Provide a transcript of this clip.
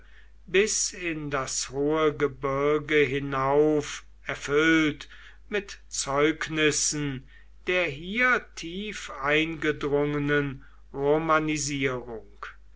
bis in das hohe gebirge hinauf erfüllt mit zeugnissen der hier tief eingedrungenen romanisierung